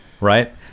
right